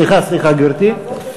סליחה, גברתי.